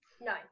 No